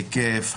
היקף,